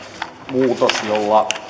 lakimuutos jolla